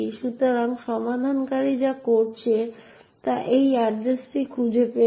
সুতরাং সমাধানকারী যা করেছে তা এই এড্রেসটি খুঁজে পেয়েছে